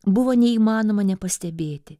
buvo neįmanoma nepastebėti